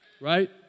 Right